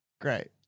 Great